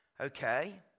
Okay